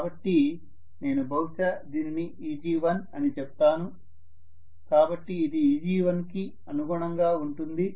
కాబట్టి నేను బహుశా దీనిని Eg1 అని చెప్తాను కాబట్టి ఇది Eg1 కి అనుగుణంగా ఉంటుంది